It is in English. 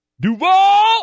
Duval